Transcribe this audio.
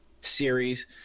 series